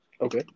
Okay